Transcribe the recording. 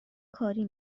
کاری